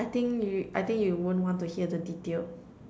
I think you I think you won't want to hear the detail